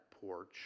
porch